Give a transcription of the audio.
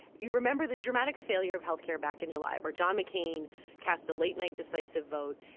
you remember the dramatic failure of health care back in july, where john mccain cast a late-night decisive vote,